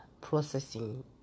processing